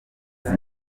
izi